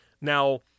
Now